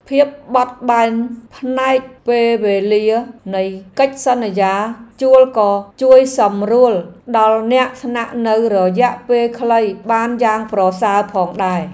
ភាពបត់បែនផ្នែកពេលវេលានៃកិច្ចសន្យាជួលក៏ជួយសម្រួលដល់អ្នកស្នាក់នៅរយៈពេលខ្លីបានយ៉ាងប្រសើរផងដែរ។